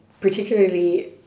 particularly